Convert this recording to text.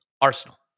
Arsenal